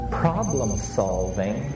problem-solving